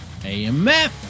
AMF